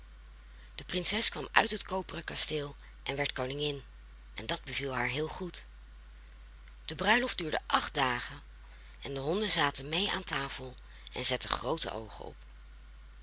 de prinses kwam uit het koperen kasteel en werd koningin en dat beviel haar heel goed de bruiloft duurde acht dagen en de honden zaten mee aan tafel en zetten groote oogen op